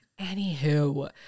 Anywho